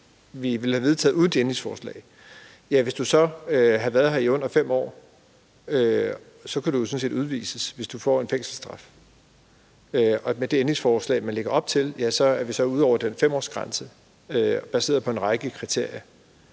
vi ville have vedtaget uden de ændringsforslag, var det sådan, at hvis du så har været her i under 5 år, ville du jo sådan set kunne udvises, hvis du fik en fængselsstraf. Og med det ændringsforslag, man lægger op til, ja, så er vi så ude over den 5-årsgrænse baseret på en række kriterier